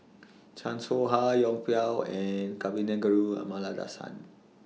Chan Soh Ha Yong Pung and Kavignareru Amallathasan